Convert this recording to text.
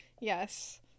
yes